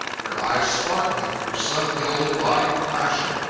your eyes sparkling, your sun-gilded body flashing,